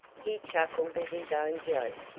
he chuckled at his own joke.